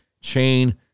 chain